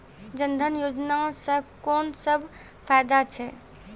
जनधन योजना सॅ कून सब फायदा छै?